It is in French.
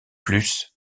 plus